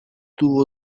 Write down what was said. tuvo